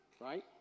right